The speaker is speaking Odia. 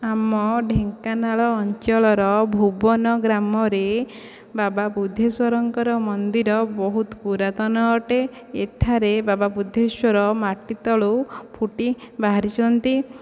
ଆମ ଢେଙ୍କାନାଳ ଅଞ୍ଚଳର ଭୁବନ ଗ୍ରାମରେ ବାବା ବୁଦ୍ଧେଶ୍ୱରଙ୍କର ମନ୍ଦିର ବହୁତ ପୁରାତନ ଅଟେ ଏଠାରେ ବାବା ବୁଦ୍ଧେଶ୍ୱର ମାଟି ତଳୁ ଫୁଟି ବାହାରିଛନ୍ତି